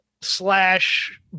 slash